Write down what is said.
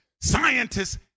Scientists